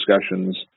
discussions